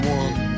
one